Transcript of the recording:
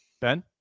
Ben